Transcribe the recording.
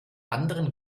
anderen